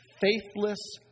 faithless